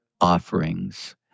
offerings